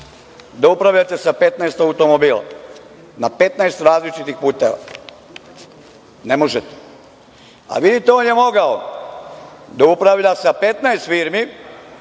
da upravljate sa 15 automobila na 15 različitih puteva? Ne možete, ali vidite on je mogao da upravlja sa 15 firmi